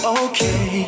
okay